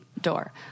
door